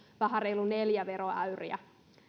vähän reilut neljä veroäyriä